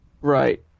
Right